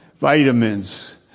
vitamins